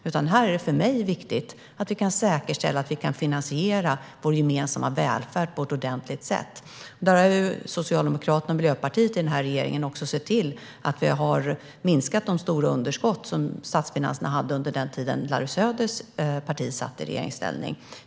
För mig är det viktigt att vi kan säkerställa att vi kan finansiera vår gemensamma välfärd på ett ordentligt sätt. Socialdemokraterna och Miljöpartiet i regeringen har sett till att vi har minskat de stora underskott som statsfinanserna hade under den tid som Larry Söders parti satt i regeringsställning.